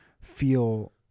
feel